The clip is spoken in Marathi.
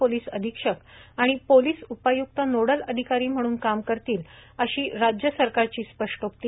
पोलीस अधीक्षक आणि पोलीस उपायुक्त नोडल अधिकारी म्हणून काम करतील अशी राज्य सरकारची स्पष्टोक्ती